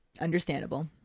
Understandable